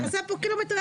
עשה פה קילומטרז'.